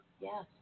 Yes